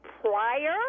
prior